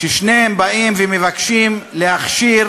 ששניהם באים ומבקשים להכשיר